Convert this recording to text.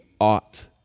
ought